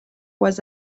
was